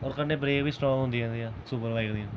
कन्नै ब्रेक बी स्ट्रांग होंदी ऐ सुपर बाईक दी